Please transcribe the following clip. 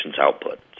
output